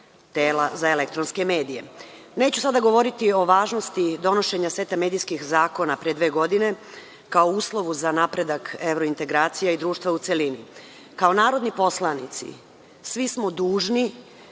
tela za elektronske medije. Neću sada govoriti o važnosti donošenja seta medijskih zakona pre dve godine, kao uslovu za napredak evrointegracija i društva u celini. Kao narodni poslanici, svi smo dužni